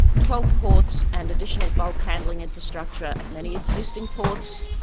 twelve ports and additional bulk handling infrastructure at many existing ports,